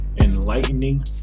enlightening